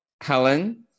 Helen